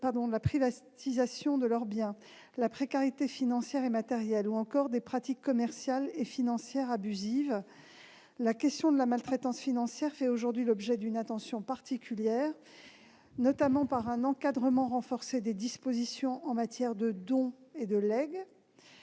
la privatisation de leurs biens, la précarité financière et matérielle ou encore des pratiques commerciales et financières abusives. La question de la maltraitance financière fait aujourd'hui l'objet d'une attention particulière, au travers notamment de l'encadrement renforcé des dispositions en matière de dons et de legs,